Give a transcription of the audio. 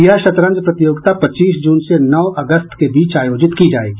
यह शतरंज प्रतियोगिता पच्चीस जून से नौ अगस्त के बीच आयोजित की जायेंगी